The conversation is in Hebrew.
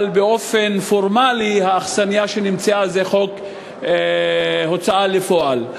אבל באופן פורמלי האכסניה שנמצאה זה חוק ההוצאה לפועל.